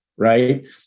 Right